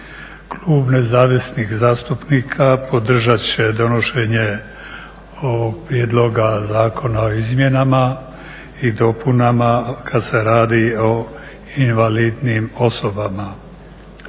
Klub Nezavisnih zastupnika podržat će donošenje ovog prijedloga zakona o izmjenama i dopunama kad se radi o invalidnim osobama.